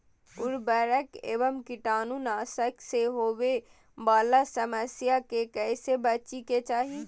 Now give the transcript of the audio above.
उर्वरक एवं कीटाणु नाशक से होवे वाला समस्या से कैसै बची के चाहि?